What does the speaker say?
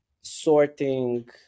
sorting